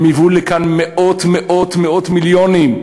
הן הביאו לכאן מאות מאות מאות מיליונים.